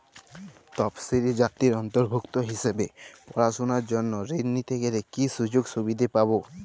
তফসিলি জাতির অন্তর্ভুক্ত হিসাবে পড়াশুনার জন্য ঋণ নিতে গেলে কী কী সুযোগ সুবিধে পাব?